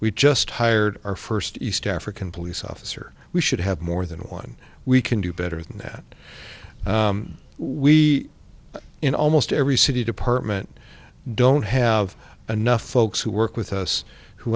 we just hired our first east african police officer we should have more than one we can do better than that we in almost every city department don't have enough folks who work with us who